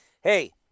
hey